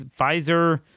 Pfizer